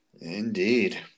Indeed